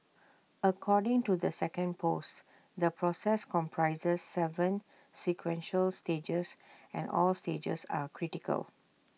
according to the second post the process comprises Seven sequential stages and all stages are critical